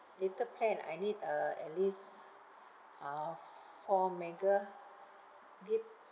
data plan I need uh at least uh f~ four mega gig